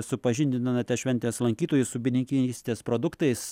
supažindinate šventės lankytojus su bitininkystės produktais